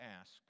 ask